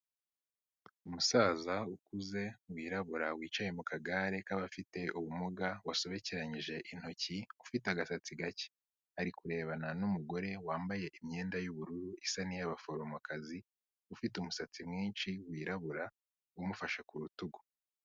Umusaza ukuze wirabura wicaye mu kagare k'abafite ubumuga wasobekeranyije intoki ufite agasatsi gake, ari kurebana n'umugore wambaye imyenda y'ubururu isa n'iy'abaforomokazi ufite umusatsi mwinshi wirabura umufashe ku rutugu.